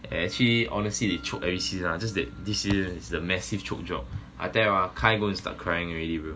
actually honestly they chope every seat lah just that this few years the massive chope job ah I tell you ah kyle gonna start crying already bro